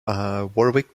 warwick